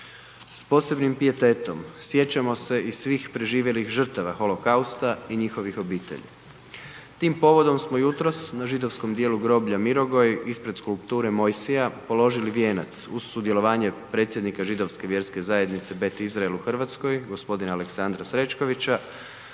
S posebnim pijetetom sjećamo se i svih preživjelih žrtava holokausta i njihovih obitelji. Tim povodom smo jutros na Židovskom dijelu groblja Mirogoj ispred skulpture Mojsija položili vijenac uz sudjelovanje predsjednika Židovske vjerske zajednice Bet Israel u Hrvatskoj gospodina Aleksandra Srećkovića,